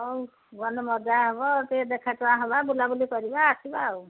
ହଉ ଭଲ ମଜା ହେବ ଟିକେ ଦେଖା ଚାହାଁ ହେବା ବୁଲାବୁଲି କରିବା ଆସିବା ଆଉ